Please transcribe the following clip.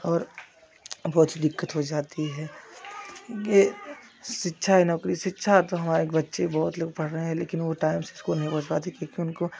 और बहुत सी दिक्कत हो जाती हैं कि शिक्षा नौकरी शिक्षा तो हमारे बच्चे बहुत लोग पढ़ रहे हैं लेकिन वो टाइम से स्कूल नहीं पहुँच पाते क्योंकि उनको